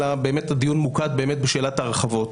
אלא הדיון ממוקד באמת בשאלת ההרחבות.